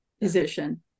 position